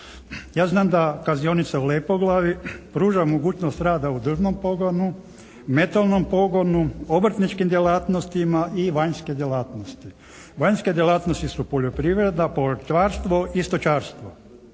Ja znam da kaznionica u Lepoglavi pruža mogućnost rada u drvnom pogonu, metalnom pogonu, obrtničkim djelatnostima i vanjske djelatnosti. Vanjske djelatnosti su poljoprivreda, povrtlarstvo i stočarstvo.